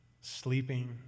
sleeping